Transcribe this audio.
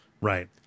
right